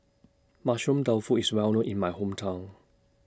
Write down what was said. Mushroom Tofu IS Well known in My Hometown